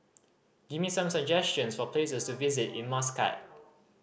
give me some suggestions for places to visit in Muscat